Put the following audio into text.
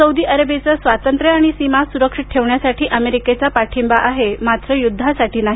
Saudi अरेबियाचे स्वातंत्र्य आणि सीमा सुरक्षित ठेवण्यासाठी अमेरीकेचा पाठिंबा आहे मात्र युद्धासाठी नाही